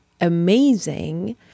amazing